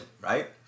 right